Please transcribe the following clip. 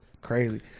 crazy